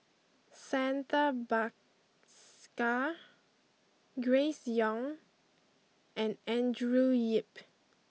Santha Bhaskar Grace Young and Andrew Yip